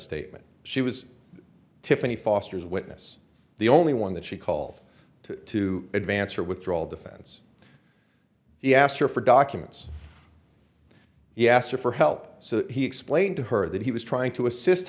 statement she was tiffany foster's witness the only one that she call to to advance or withdraw all defense he asked her for documents he asked her for help so he explained to her that he was trying to assist